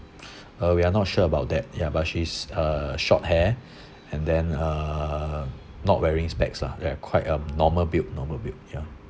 uh we are not sure about that ya but she's a short hair and then uh not wearing specs lah then uh quite a normal built normal built ya